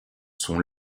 sont